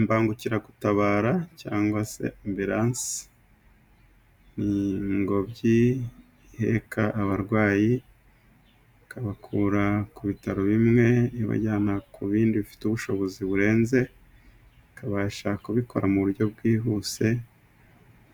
Imbangukiragutabara cyangwa se ambilansi ni ingobyi iheka abarwayi, ikabakura ku bitaro bimwe ibajyana ku bindi bifite ubushobozi burenze, ikabasha kubikora mu buryo bwihuse